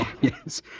Yes